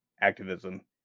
activism